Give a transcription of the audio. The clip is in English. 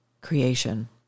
creation